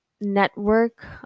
network